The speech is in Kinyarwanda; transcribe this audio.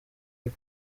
hip